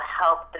help